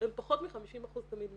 הן פחות מ-50% תמיד מהמייסדים.